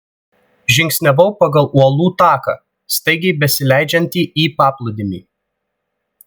žingsniavau pagal uolų taką staigiai besileidžiantį į paplūdimį